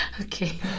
okay